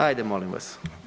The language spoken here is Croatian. Ajde molim vas.